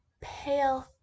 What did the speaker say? pale